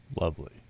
Lovely